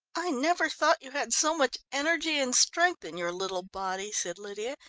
i never thought you had so much energy and strength in your little body, said lydia,